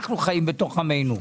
אנחנו חיים בתוך עמנו.